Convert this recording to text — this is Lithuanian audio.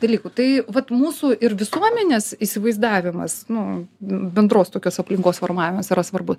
dalykų tai vat mūsų ir visuomenės įsivaizdavimas nu bendros tokios aplinkos formavimas yra svarbu